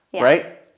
right